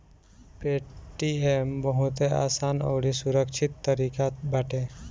Paytm बहुते आसान अउरी सुरक्षित तरीका बाटे